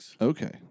Okay